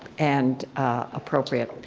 and appropriate.